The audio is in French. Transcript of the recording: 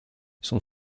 son